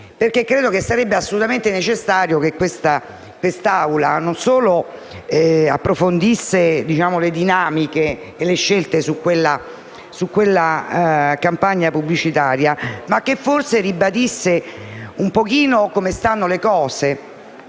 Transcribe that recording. che sarebbe assolutamente necessario che quest'Assemblea non solo approfondisse le dinamiche e le scelte di quella campagna pubblicitaria, ma ribadisse anche come stanno le cose.